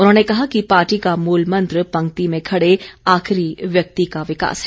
उन्होंने कहा कि पार्टी का मूल मंत्र पंक्ति में खड़े आखिरी व्यक्ति का विकास है